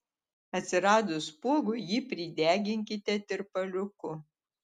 atsiradus spuogui jį prideginkite tirpaliuku